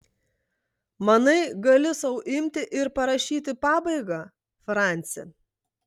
manai gali sau imti ir parašyti pabaigą franci